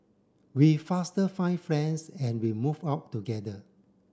we faster find friends and we move out together